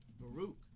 Baruch